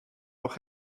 noch